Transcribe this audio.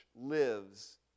lives